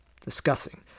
discussing